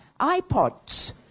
iPods